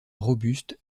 robuste